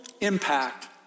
impact